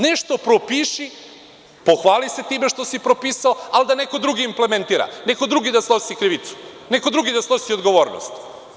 Nešto propiši, pohvali se time što si propisao, ali da neko drugi implementira, neko drugi da snosi krivicu, neko drugi da snosi odgovornost.